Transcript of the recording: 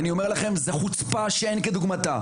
ואני אומר לכם זו חוצפה שאין כדוגמתה,